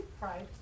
Pride